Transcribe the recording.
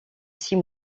six